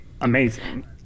amazing